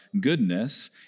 goodness